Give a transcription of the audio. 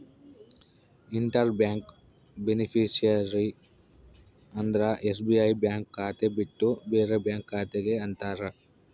inter bank beneficiary ಅಂದ್ರ SBI bank ಖಾತೆ ಬಿಟ್ಟು ಬೇರೆ ಬ್ಯಾಂಕ್ ಖಾತೆ ಗೆ ಅಂತಾರ